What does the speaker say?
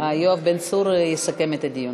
יואב בן צור יסכם את הדיון.